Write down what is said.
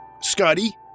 Scotty